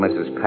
Mrs